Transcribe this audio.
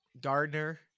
Gardner